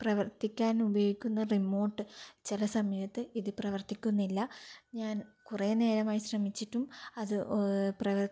പ്രവര്ത്തിക്കാനുപയോഗിക്കുന്ന remote ചില സമയത്ത് ഇത് പ്രവര്ത്തിക്കുന്നില്ല ഞാന് കുറെനേരമായി ശ്രമിച്ചിട്ടും അത് പ്രവര്ത്തിക്കുന്നില്ല